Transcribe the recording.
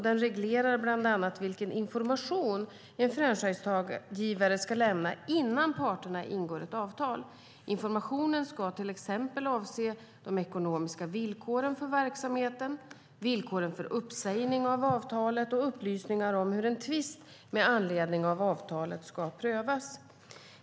Den reglerar bland annat vilken information en franchisegivare ska lämna innan parterna ingår avtal. Informationen ska till exempel avse de ekonomiska villkoren för verksamheten, villkoren för uppsägning av avtalet och upplysningar om hur en tvist med anledning av avtalet ska prövas.